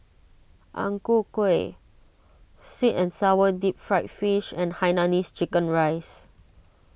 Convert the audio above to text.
Ang Ku Kueh Sweet and Sour Deep Fried Fish and Hainanese Chicken Rice